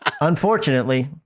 Unfortunately